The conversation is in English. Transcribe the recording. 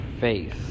face